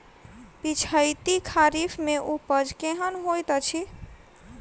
पिछैती खरीफ मे उपज केहन होइत अछि?